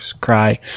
Cry